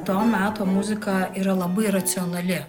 to meto muzika yra labai racionali